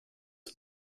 und